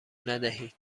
ندهید